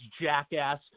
jackass